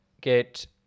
get